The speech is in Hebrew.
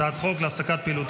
הצעת חוק להפסקת פעילות